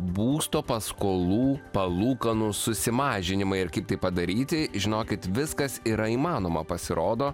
būsto paskolų palūkanų susimažinimai ir kaip tai padaryti žinokit viskas yra įmanoma pasirodo